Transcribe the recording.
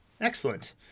Excellent